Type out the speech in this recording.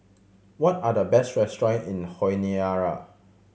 what are the best restaurant in Honiara